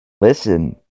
listen